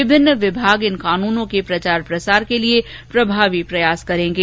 विभिन्न विभाग इन कानूनों के प्रचार प्रसार के लिए प्रभावी प्रयास करेंगे